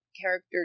character